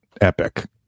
epic